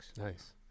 Nice